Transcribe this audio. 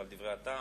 ועל דברי הטעם.